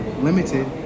limited